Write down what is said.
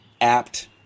apt